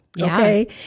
okay